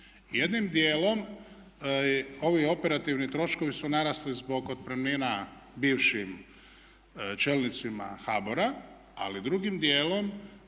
Jednim dijelom ovi operativni troškovi su narasli zbog otpremnina bivšim čelnicima HBOR-a, ali drugim dijelom